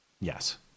yes